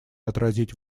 отразить